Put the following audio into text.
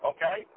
Okay